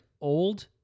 old